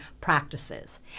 practices